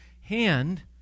hand